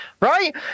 Right